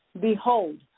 Behold